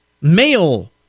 Male